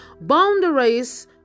boundaries